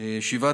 שבע תלונות.